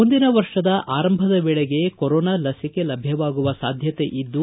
ಮುಂದಿನ ವರ್ಷದ ಆರಂಭದ ವೇಳಿಗೆ ಕೊರೊನಾ ಲಸಿಕೆ ಲಭ್ಯವಾಗುವ ಸಾಧ್ಯತೆ ಇದ್ದು